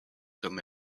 comme